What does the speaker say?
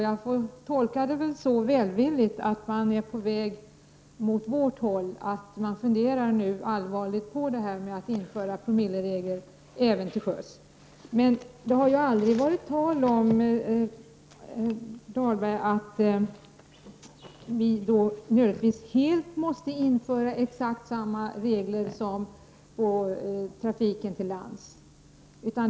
Jag tolkar detta välvilligt, nämligen på det sättet att socialdemokraterna är på väg mot vår ståndpunkt, att de allvarligt funderar på att införa promilleregler även till sjöss. Men, Rolf Dahlberg, det har aldrig varit tal om att vi nödvändigtvis måste införa samma regler som dem som gäller för trafiken på land.